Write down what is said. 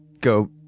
go